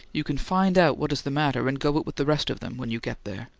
you can find out what is the matter and go it with the rest of them, when you get there.